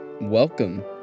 Welcome